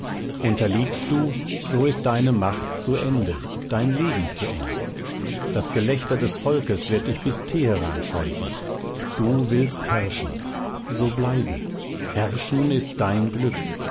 unterliegst du so ist deine macht zu ende dein leben zu ende das gelächter des volkes wird dich bis teheran scheuchen du willst herrschen so bleibe herrschen ist dein glück